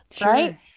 Right